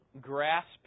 grasp